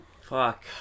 Fuck